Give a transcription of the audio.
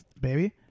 baby